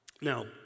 Now